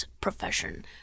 profession